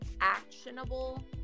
actionable